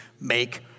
make